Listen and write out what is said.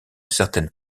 certaines